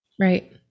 Right